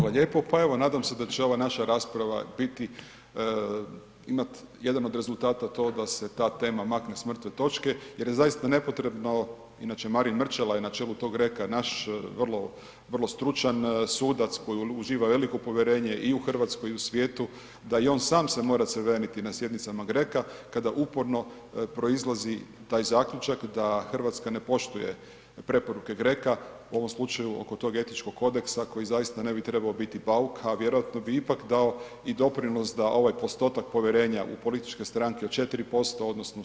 Hvala lijepo, pa evo nadam se da će ova naša rasprava biti, imat jedan od rezultata to da se ta tema makne s mrtve točke jer je zaista nepotrebno, inače Marin Mrčela je na čelu tog GRECO-a, naš vrlo stručan sudac koji uživa veliko povjerenje i u Hrvatskoj i u svijetu da i on sam se mora crveniti na sjednicama GRECO-a kada uporno proizlazi taj zaključak da Hrvatska ne poštuje preporuke GRECO-a u ovom slučaju oko tog etičkog kodeksa koji zaista ne bi trebao biti bauk, a vjerojatno bi ipak dao i doprinos da ovaj postotak povjerenja u političke stranke od 4% u sabor od 8% bude veći.